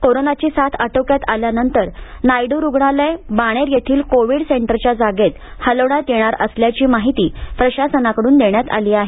कोरोनाची साथ अटोक्यात आल्यानंतर नायडू रुग्णालय बाणेर येथील कोविड सेंटरच्या जागेत हलवण्यात येणार असल्याची माहिती प्रशासनाकडून देण्यात आली आहे